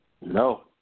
No